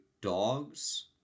dogs